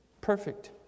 Perfect